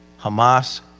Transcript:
Hamas